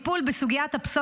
מה עם תורת